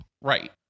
Right